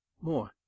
More